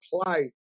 apply